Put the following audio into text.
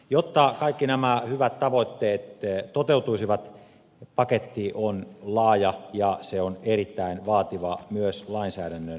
jotta kaikki nämä hyvät tavoitteet toteutuisivat paketti on laaja ja se on erittäin vaativa myös lainsäädännön näkökulmasta